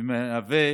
ומהווה